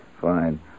Fine